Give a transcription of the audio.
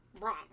Wrong